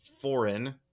foreign